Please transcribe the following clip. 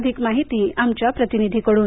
अधिक माहिती आमच्या प्रतिनिधीकडून